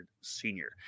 Senior